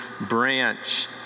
branch